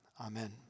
Amen